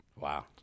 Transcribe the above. Wow